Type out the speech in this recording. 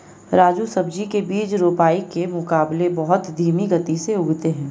राजू सब्जी के बीज रोपाई के मुकाबले बहुत धीमी गति से उगते हैं